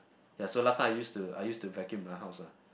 ya so last time I used to I used to vacuum the house lah